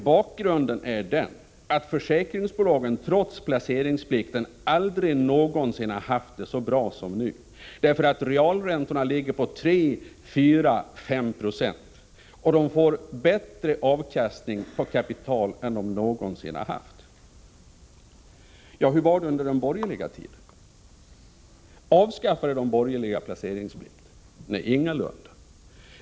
Bakgrunden är den att försäkringsbolagen trots placeringsplikten aldrig någonsin har haft det så bra som nu. Realräntorna ligger på 3, 4, 5 96, och försäkringsbolagen får bättre avkastning på kapitalet än någonsin. Hur var det under den borgerliga tiden? Avskaffade de borgerliga placeringsplikten? Nej, ingalunda.